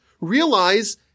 realize